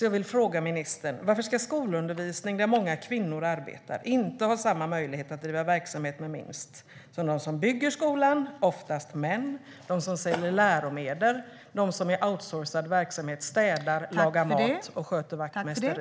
Jag vill fråga ministern: Varför ska inte de som bedriver skolundervisning, vilket många kvinnor gör, ha samma möjlighet att driva verksamhet med vinst som de som bygger skolan, vilket oftast är män, och de som säljer läromedel och i outsourcad verksamhet städar, lagar mat och sköter vaktmästeri?